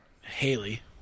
Haley